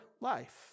life